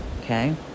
okay